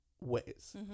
ways